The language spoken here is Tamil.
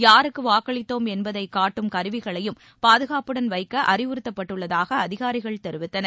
யாருக்கும் வாக்களித்தோம் என்பதை காட்டும் கருவிகளையும் பாதுகாப்புடன் வைக்க அறிவுறுத்தப்பட்டுள்ளதாக அதிகாரிகள் தெரிவித்தனர்